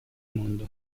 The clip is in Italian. mondo